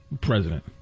president